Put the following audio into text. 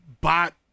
bot